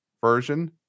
version